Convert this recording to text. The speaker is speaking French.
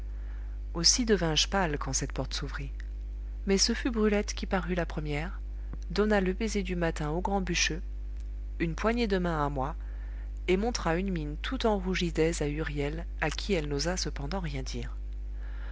aussi devins je pâle quand cette porte s'ouvrit mais ce fut brulette qui parut la première donna le baiser du matin au grand bûcheux une poignée de main à moi et montra une mine tout enrougie d'aise à huriel à qui elle n'osa cependant rien dire